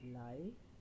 life